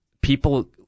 people